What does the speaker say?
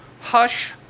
Hush